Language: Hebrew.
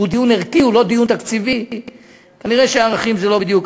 הוא דיון ערכי, הוא לא דיון תקציבי.